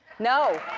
no,